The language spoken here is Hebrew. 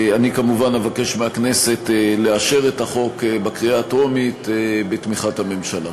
אני כמובן אבקש מהכנסת לאשר את החוק בקריאה הטרומית בתמיכת הממשלה.